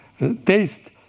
taste